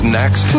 next